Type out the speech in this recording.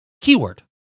keyword